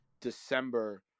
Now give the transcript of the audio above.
December